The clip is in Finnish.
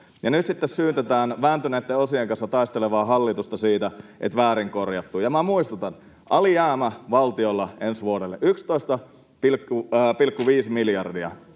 Nyt sitten syytetään vääntyneitten osien kanssa taistelevaa hallitusta siitä, että väärin korjattu. Minä muistutan: alijäämä valtiolla ensi vuodelle on 11,5 miljardia.